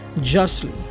Justly